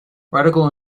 radical